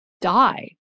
die